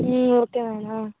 okay madam